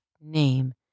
name